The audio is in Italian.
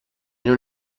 non